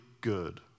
good